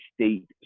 state